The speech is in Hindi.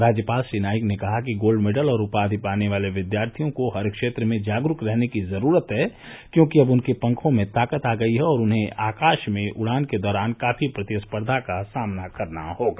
राज्यपाल श्री नाईक ने कहा कि गोल्ड मेडल और उपाधि पाने वाले विद्यार्थियों को हर क्षेत्र में जागरूक रहने की जरूरत है क्योंकि अब उनके के पँखों में ताकत आ गई है और उन्हें आकाश में उड़ान के दौरान काफी प्रतिस्पर्धा का सामना करना होगा